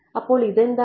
അപ്പോൾ ഇത് എന്താണ്